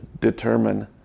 determine